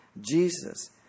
Jesus